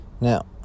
Now